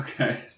Okay